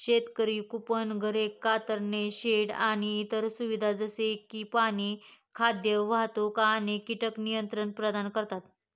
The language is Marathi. शेतकरी कुंपण, घरे, कातरणे शेड आणि इतर सुविधा जसे की पाणी, खाद्य, वाहतूक आणि कीटक नियंत्रण प्रदान करतात